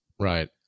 Right